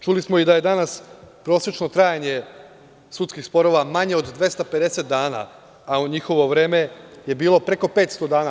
Čuli smo i da je danas prosečno trajanje sudskih sporova manje od 250 dana, a u njihovo vreme je bilo preko 500 dana.